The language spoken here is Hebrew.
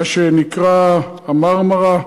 מה שנקרא ה"מרמרה",